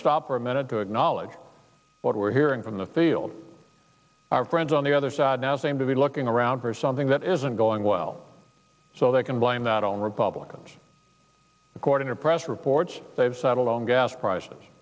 stop for a minute to acknowledge what we're hearing from the field our friends on the other side now seem to be looking around for something that isn't going well so they can blame that on republicans according to press reports they've settled on gas prices